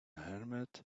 helmet